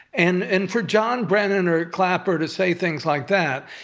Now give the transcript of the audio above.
and and for john brennan or clapper to say things like that,